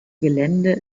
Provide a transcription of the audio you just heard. gelände